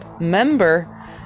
member